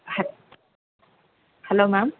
ஹல் hello ma'am